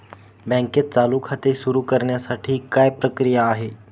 बँकेत चालू खाते सुरु करण्यासाठी काय प्रक्रिया आहे?